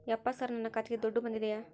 ಯಪ್ಪ ಸರ್ ನನ್ನ ಖಾತೆಗೆ ದುಡ್ಡು ಬಂದಿದೆಯ?